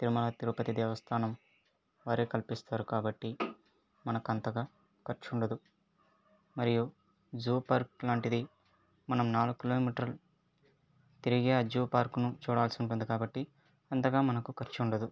తిరుమల తిరుపతి దేవస్థానం వారే కల్పిస్తారు కాబట్టి మనకు అంతగా ఖర్చు ఉండదు మరియు జూ పార్క్ లాంటిది మనం నాలుగు కిలోమీటర్లు తిరిగి ఆ జూ పార్క్ ను చూడాల్సి ఉంటుంది కాబట్టి అంతగా మనకు ఖర్చు ఉండదు